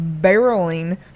barreling